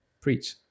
preach